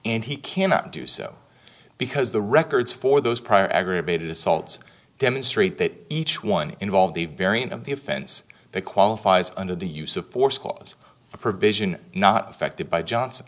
and he cannot do so because the records for those prior aggravated assaults demonstrate that each one involved a variant of the offense that qualifies under the use of force was a provision not affected by johnson